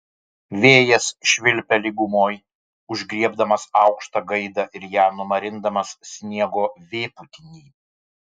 vėjas švilpia lygumoj užgriebdamas aukštą gaidą ir ją numarindamas sniego vėpūtiny